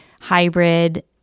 hybrid